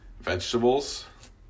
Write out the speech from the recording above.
vegetables